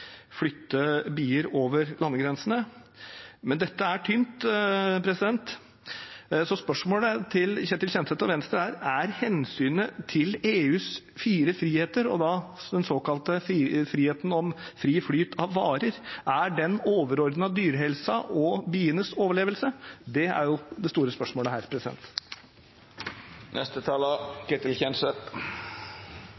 bier over landegrensene. Men dette er tynt. Spørsmålet til Ketil Kjenseth og Venstre er: Er hensynet til EUs fire friheter, og da den såkalte friheten om fri flyt av varer, overordnet dyrehelsen og bienes overlevelse? Det er det store spørsmålet her.